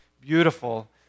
beautiful